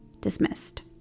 dismissed